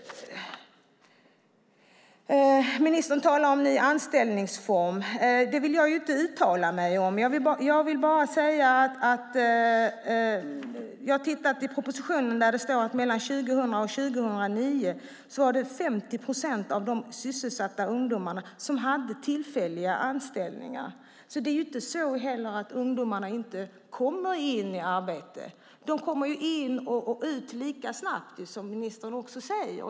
Ministern talar om en ny anställningsform. Det vill jag inte uttala mig om. Jag vill bara säga att jag har tittat i propositionen där det står att det mellan 2000 och 2009 var 50 procent av de sysselsatta ungdomarna som hade tillfälliga anställningar. Det är inte heller så att ungdomarna inte kommer in i arbete. De kommer ju in och ut lika snabbt, som ministern också säger.